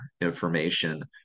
information